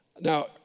Now